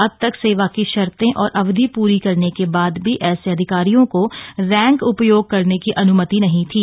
अब तक सेवा की शर्ते और अवधि पूरी करने के बाद भी ऐसे अधिकारियों को रैंक उपयोग करने की अन्मति नहीं थी